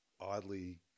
oddly